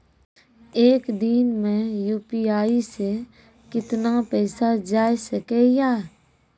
एक दिन मे यु.पी.आई से कितना पैसा जाय सके या?